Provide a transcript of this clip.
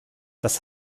das